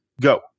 Go